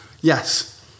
Yes